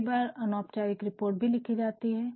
कई बार अनौपचारिक रिपोर्ट भी लिखी जाती है